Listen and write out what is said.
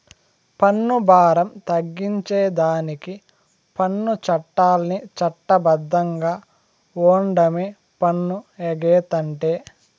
పన్ను బారం తగ్గించేదానికి పన్ను చట్టాల్ని చట్ట బద్ధంగా ఓండమే పన్ను ఎగేతంటే